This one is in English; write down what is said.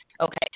Okay